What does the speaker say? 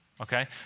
okay